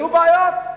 היו בעיות.